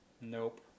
Nope